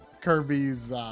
Kirby's